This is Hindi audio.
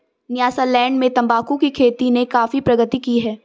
न्यासालैंड में तंबाकू की खेती ने काफी प्रगति की है